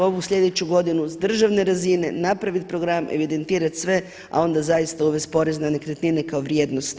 Ovu sljedeću godinu s državne razine napraviti program, evidentirati sve, a onda zaista uvesti porez na nekretnine kao vrijednosti.